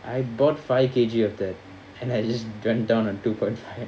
I bought five K_G of that and I just gone down on two point five